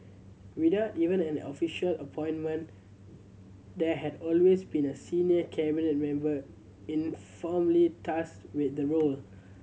without even an official appointment there had always been a senior Cabinet member informally tasked with the role